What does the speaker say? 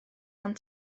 ond